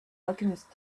alchemist